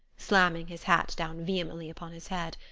slamming his hat down vehemently upon his head.